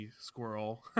squirrel